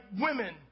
women